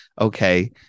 okay